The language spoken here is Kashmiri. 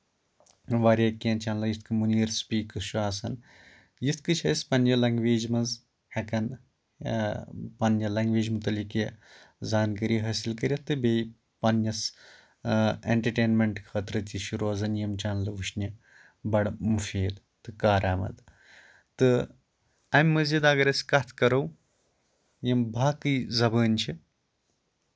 واریاہ کیٚنٛہہ چینلہٕ یِتھ مُنیٖر سِپکِس چھُ آسان یِتھ کٲٹھۍ چھِ اسہِ پنٕنہِ لینگویجہِ منٛز ہٮ۪کان پَنٕنہِ لینگویج مُتعلِق کیٚنٛہہ زانکٲری حٲصِل کٔرِتھ تہٕ بیٚیہِ پَنٕنِس اینٹرٹینمنٹ خٲطرٕ تہِ چھُ روزان یِم چیٚنلہٕ وٕچھنہِ بَڑٕ مُفیٖد تہٕ کارآمد تہٕ اَمہِ مزیٖد اَگر أسۍ کَتھ کَرو یِم باقی زبٲنۍ چھِ